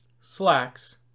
slacks